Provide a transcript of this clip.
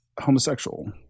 homosexual